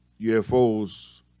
UFOs